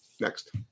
next